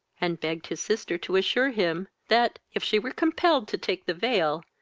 and begged his sister to assure him, that, if she were compelled to take the veil,